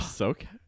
okay